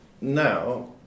now